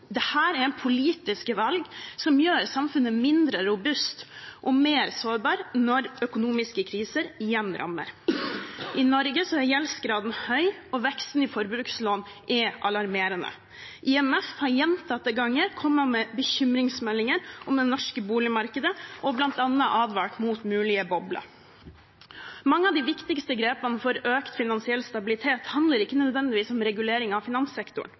er politiske valg som gjør samfunnet mindre robust og mer sårbart når økonomiske kriser igjen rammer. I Norge er gjeldsgraden høy, og veksten i forbrukslån er alarmerende. IMF har gjentatte ganger kommet med bekymringsmeldinger om det norske boligmarkedet og bl.a. advart mot mulige bobler. Mange av de viktigste grepene for økt finansiell stabilitet handler ikke nødvendigvis om regulering av finanssektoren.